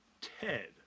Ted